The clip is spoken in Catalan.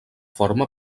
forma